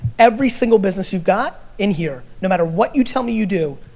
every single business you've got in here, no matter what you tell me you do.